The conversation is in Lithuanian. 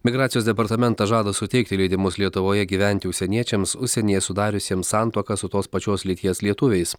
migracijos departamentas žada suteikti leidimus lietuvoje gyventi užsieniečiams užsienyje sudariusiems santuoką su tos pačios lyties lietuviais